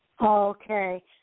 Okay